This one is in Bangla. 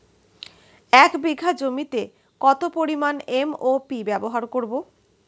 এক বিঘা জমিতে কত পরিমান এম.ও.পি ব্যবহার করব?